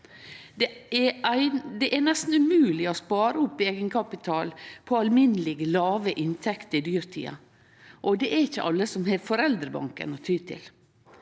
Det er nesten umogleg å spare opp eigenkapital på alminnelege låge inntekter i dyrtida, og det er ikkje alle som har foreldrebanken å ty til.